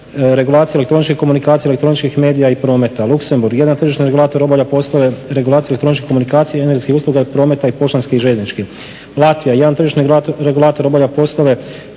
regulacije elektroničkih komunikacija, elektroničkih medija i prometa. Luxembourg jedan tržišni regulator obavlja poslove regulacije elektroničkih komunikacija, energetskih usluga, prometa i poštanski i željeznički. Latvija jedan tržišni regulator obavlja poslove